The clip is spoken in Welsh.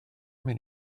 mynd